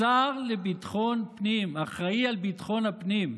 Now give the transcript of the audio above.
השר לביטחון הפנים, האחראי לביטחון הפנים,